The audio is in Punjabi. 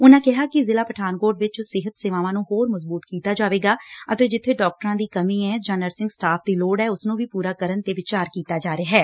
ਉਨੂਂ ਕਿਹਾ ਕਿ ਜ਼ਿਲੂਾ ਪਠਾਨਕੋਟ ਵਿਚ ਸਿਹਤ ਸੇਵਾਵਾਂ ਨੂੰ ਹੋਰ ਮਜਬੁਤ ਕੀਤਾ ਜਾਵੇਗਾ ਜਿੱਥੇ ਡਾਕਟਰਾਂ ਦੀ ਕਮੀ ਐ ਨਰਸਿੰਗ ਸਟਾਫ਼ ਦੀ ਲੋੜ ਐ ਨੁੰ ਪੁਰਾ ਕਰਨ ਤੇ ਵੀ ਵਿਚਾਰ ਕੀਤਾ ਜਾ ਰਿਹੈ